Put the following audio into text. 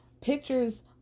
pictures